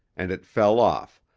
and it fell off,